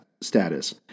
status